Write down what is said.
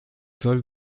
sol